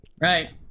right